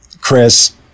Chris